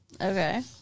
Okay